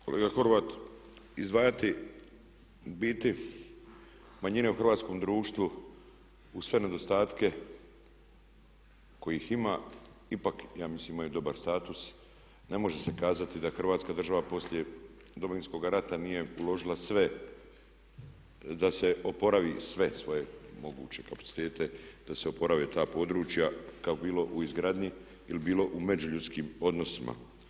Kolega Horvat izdvajati u biti manjine u hrvatskom društvu uz sve nedostatke kojih ima ipak ja mislim imaju dobar status ne može se kazati da Hrvatska država poslije Domovinskoga rata nije uložila sve da se oporavi sve svoje moguće kapacitete, da se oporave ta područja kako bilo, bilo u izgradnji ili bilo u međuljudskim odnosima.